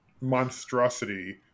monstrosity